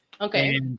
Okay